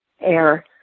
air